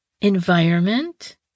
environment